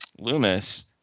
Loomis